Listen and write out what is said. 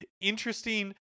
interesting